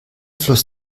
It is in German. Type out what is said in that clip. fluss